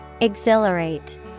Exhilarate